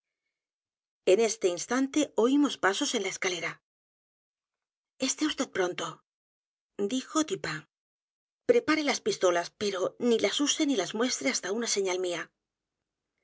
en este instante oimos pasos en la escalera esté vd pronto dijo d u p i n p r e p a r e las p i s tolas pero ni las use ni las muestre h a s t a una señal mía